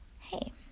Hey